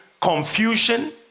confusion